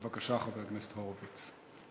בבקשה, חבר הכנסת הורוביץ.